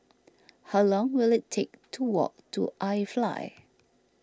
how long will it take to walk to iFly